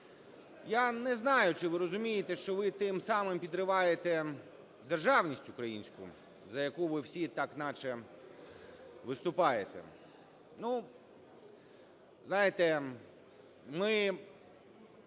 Я не знаю, чи ви розумієте, що ви тим самим підриваєте державність українську за яку ви всі так наче виступаєте.